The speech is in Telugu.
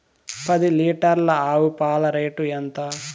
పది లీటర్ల ఆవు పాల రేటు ఎంత?